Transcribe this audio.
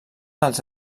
als